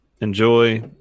enjoy